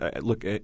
look